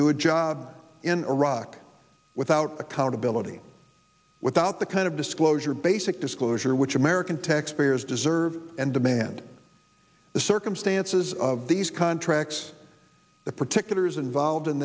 do a job in iraq without accountability without the kind of disclosure basic disclosure which american taxpayers deserve and demand the circumstances of these contracts the particulars involved in